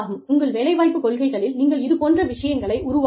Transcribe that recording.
உங்கள் வேலைவாய்ப்புக் கொள்கைகளில் நீங்கள் இதுபோன்ற விஷயங்களை உருவாக்கலாம்